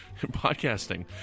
Podcasting